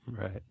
Right